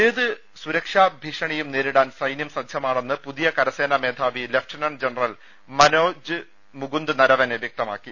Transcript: ഏത് സുരക്ഷാ ഭീഷണിയും നേരിടാൻ സൈന്യം സജ്ജമാ ണെന്ന് പുതിയ കരസേനാ മേധാവി ലഫ്റ്റനന്റ് ജനറൽ മനോജ് മുകുന്ദ് നരവനെ വ്യക്തമാക്കി